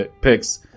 picks